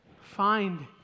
find